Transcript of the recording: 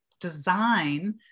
design